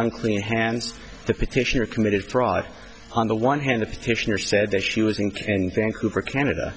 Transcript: unclean hands the petitioner committed fraud on the one hand the petitioner said that she was in and vancouver canada